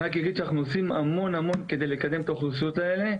אני רק אגיד שאנחנו עושים המון כדי לקדם את האוכלוסיות האלה,